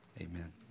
Amen